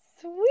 Sweet